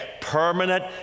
permanent